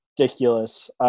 ridiculous